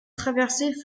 traverser